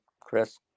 Chris